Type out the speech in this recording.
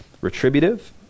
retributive